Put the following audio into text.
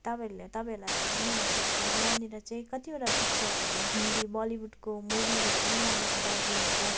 तपाईँहरूलाई तपाईँहरूलाई थाहा पनि हुन सक्छ कि यहाँनेर कतिवटा पिक्चरहरू हिन्दी बलिउडको मुभिसहरूको पनि यहाँनेर दार्जिलिङको